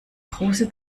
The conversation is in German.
große